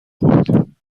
خوردیم